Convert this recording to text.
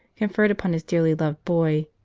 conferred upon his dearly loved boy.